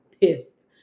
Pissed